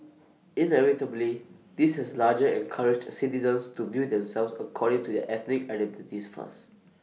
inevitably this has larger encouraged citizens to view themselves according to their ethnic identities first